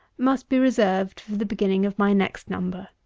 must be reserved for the beginning of my next number.